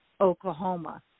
Oklahoma